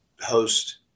host